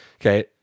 Okay